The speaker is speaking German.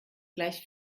gleich